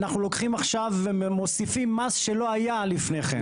אנחנו לוקחים עכישו ומוסיפים מס שלא היה לפני כן.